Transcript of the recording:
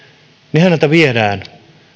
niin häneltä viedään